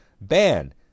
ban